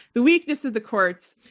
the weakness of the courts.